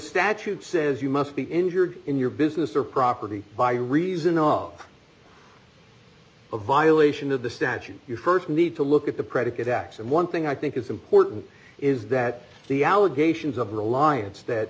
statute says you must be injured in your business or property by reason up a violation of the statute you st need to look at the predicate acts and one thing i think is important is that the allegations of reliance that